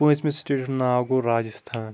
پوٗنٛژمہِ سِٹیٹہِ ہُنٛد ناو گوٚو راجِستان